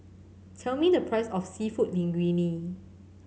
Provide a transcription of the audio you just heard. tell me the price of Seafood Linguine